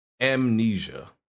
Amnesia